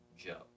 Joe